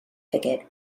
picket